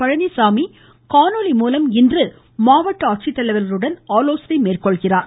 பழனிச்சாமி காணொலிக் காட்சி மூலம் இன்று மாவட்ட ஆட்சித்தலைவர்களுடன் ஆலோசனை மேற்கொள்கிறார்